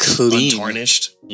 untarnished